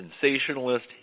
sensationalist